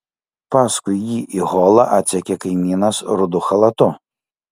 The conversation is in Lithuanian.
paskui jį į holą atsekė kaimynas rudu chalatu